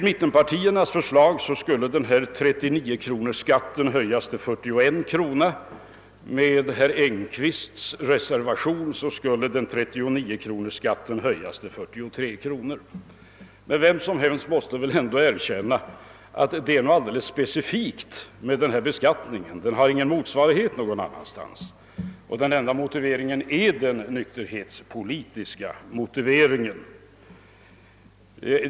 Mittenpartiernas förslag innebär att denna 39-kronorsskatt skulle höjas till 41 kronor, och herr Engkvists förslag innebär att den skulle höjas till 43 kronor. Men vem som helst måste väl erkänna att det är något alldeles specifikt med denna beskattning. Den har ingen motsvarighet någon annanstans. Den enda motiveringen är den nykterhetspolitiska.